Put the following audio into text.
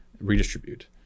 redistribute